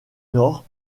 nord